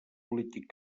polític